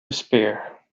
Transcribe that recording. despair